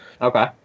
Okay